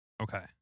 Okay